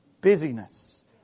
busyness